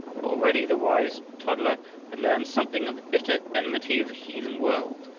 for already the wise toddler had learned something of the bitter enmity of the heathen world,